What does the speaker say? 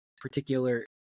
particular